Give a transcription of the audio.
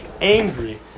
angry